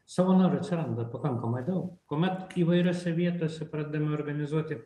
savanorių atsiranda pakankamai daug kuomet įvairiose vietose pradedami organizuoti